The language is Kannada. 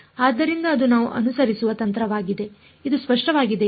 ಆದ್ದರಿಂದ ಅದು ನಾವು ಅನುಸರಿಸುವ ತಂತ್ರವಾಗಿದೆ ಇದು ಸ್ಪಷ್ಟವಾಗಿದೆಯೇ